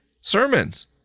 sermons